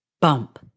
Bump